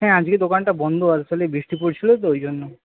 হ্যাঁ আজকে দোকানটা বন্ধ আসলে বৃষ্টি পড়ছিলো তো ওই জন্য